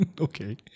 Okay